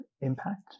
impact